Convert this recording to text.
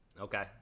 Okay